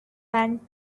man